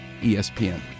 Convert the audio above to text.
ESPN